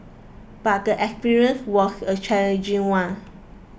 but the experience was a challenging one